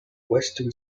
western